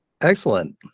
Excellent